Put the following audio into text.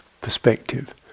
perspective